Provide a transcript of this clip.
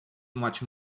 much